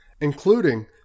including